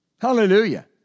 Hallelujah